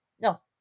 No